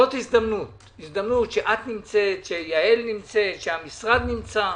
זאת הזדמנות שאת נמצאת, שיעל נמצאת, שהמשרד נמצא,